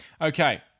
Okay